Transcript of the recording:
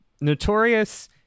notorious